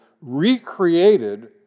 recreated